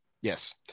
yes